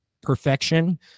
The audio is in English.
perfection